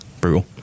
brutal